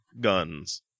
guns